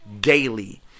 daily